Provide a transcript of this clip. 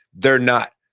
they're not.